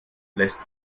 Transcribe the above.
lässt